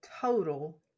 total